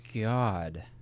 God